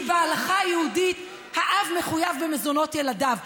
כי בהלכה היהודית האב מחויב במזונות ילדיו.